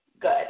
good